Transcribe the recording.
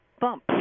bump